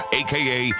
aka